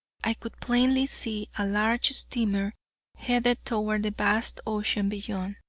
i could plainly see a large steamer headed toward the vast ocean beyond.